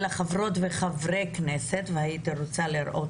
אלא חברות וחברי כנסת והייתי רוצה לראות